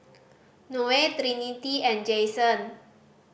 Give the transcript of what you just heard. Noe Trinity and Jason